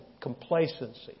complacency